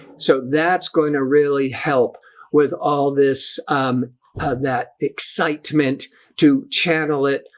so that's going to really help with all this um ah that excitement to channel it.